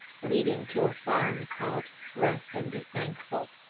leading to a farm called rest-and-be-thankful.